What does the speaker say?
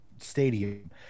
Stadium